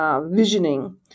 visioning